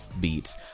beats